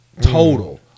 Total